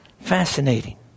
Fascinating